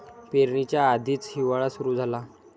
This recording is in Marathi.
पेरणीच्या आधीच हिवाळा सुरू झाला